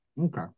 Okay